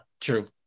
true